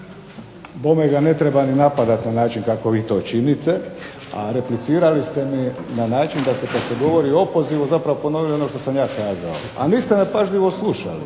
Po meni ga ne treba ni napadati na način kako vi to činite, a replicirali ste mi na način da ste kad se govori o opozivu zapravo ponovili ono što sam ja kazao. A niste me pažljivo slušali,